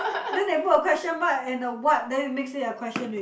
then they put a question mark and the what then it makes it a question ready